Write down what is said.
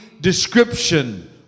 description